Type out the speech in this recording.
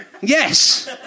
Yes